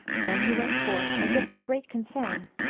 then he went forth as if in great con cern,